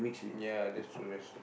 ya that's true that's true